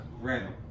random